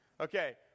okay